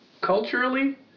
culturally